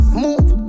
move